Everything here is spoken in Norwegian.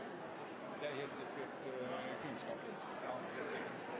Det er helt